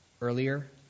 earlier